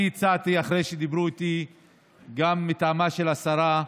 אני הצעתי, אחרי שדיברו איתי גם מטעמה של השרה,